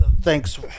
thanks